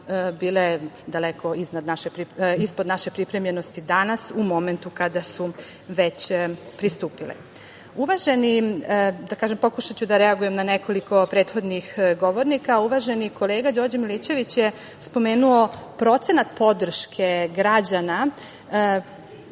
Bugarska bile daleko ispod naše pripremljenosti danas, u momentu kada su već pristupile. Pokušaću da reagujem na nekoliko prethodnih govornika. Uvaženi kolega Đorđe Milićević je spomenuo procenat podrške građana